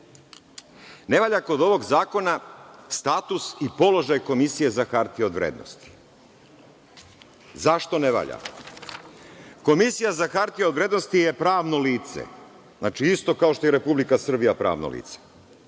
Ne valja kod ovog zakona status i položaj Komisije za hartije od vrednosti. Zašto ne valja? Komisija za hartije od vrednosti je pravno lice, znači, isto kao što je pravno lice